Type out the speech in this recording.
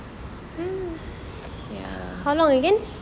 ya